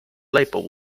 labour